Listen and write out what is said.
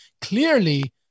clearly